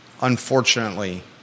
unfortunately